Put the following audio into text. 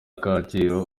kacyiru